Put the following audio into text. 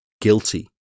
guilty